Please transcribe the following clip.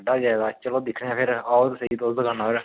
चलो दिक्खने आं ते आओ ते सेही दुकाना उप्पर